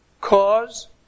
cause